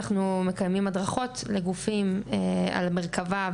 אנחנו מקיימים הדרכות לגופים על מרכבה,